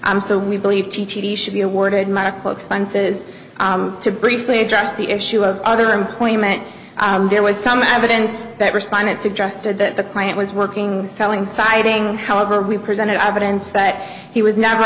i'm so we believe t t should be awarded medical expenses to briefly address the issue of other employment there was some evidence that respondent suggested that the client was working selling siding however we presented evidence that he was n